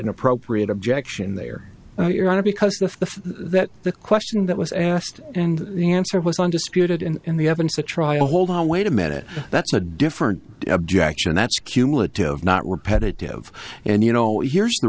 an appropriate objection they are now your honor because the that the question that was asked and the answer was undisputed and in the evidence the trial hold on wait a minute that's a different objection that's cumulative not repetitive and you know here's the